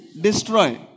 destroy